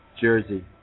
jersey